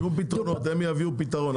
שום פתרונות, הם יביאו פתרון.